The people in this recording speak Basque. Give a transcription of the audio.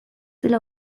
dela